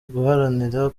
guharanira